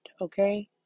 okay